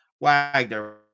Wagner